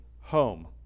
home